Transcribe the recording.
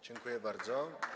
Dziękuję bardzo.